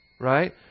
right